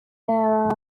there